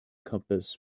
compass